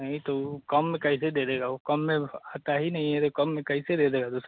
नहीं तो उ कम में कैसे दे देगा वह कम में होता ही नहीं है तो कम कईसे दे देगा दूसरा